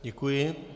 Děkuji.